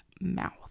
mouth